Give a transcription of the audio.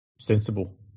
sensible